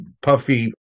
puffy